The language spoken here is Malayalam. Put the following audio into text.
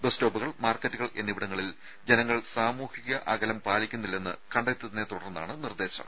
ബസ് സ്റ്റോപ്പുകൾ മാർക്കറ്റുകൾ എന്നിവിടങ്ങളിൽ ജനങ്ങൾ സാമൂഹ്യ അകലം പാലിക്കുന്നില്ലെന്ന് കണ്ടെത്തിയതിനെത്തുടർന്നാണ് നിർദ്ദേശം